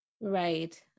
Right